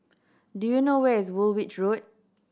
do you know where is Woolwich Road